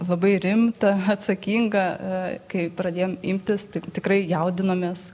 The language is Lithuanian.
labai rimta atsakinga kai pradėjom imtis tik tikrai jaudinomės